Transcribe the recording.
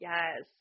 Yes